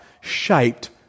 shaped